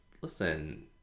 listen